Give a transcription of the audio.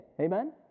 Amen